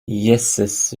jesses